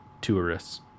tourists